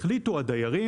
החליטו הדיירים,